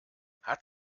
hat